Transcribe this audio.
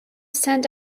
stand